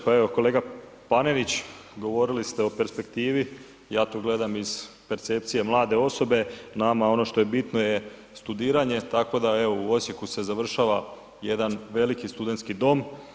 Pa evo kolega Panenić, govorili ste o perspektivi ja tu gledam iz percepcije mlade osobe, nama ono što je bitno je studiranje, tako da evo u Osijeku se završava jedan veliki studentski dom.